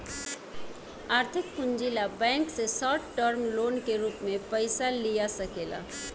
आर्थिक पूंजी ला बैंक से शॉर्ट टर्म लोन के रूप में पयिसा लिया सकेला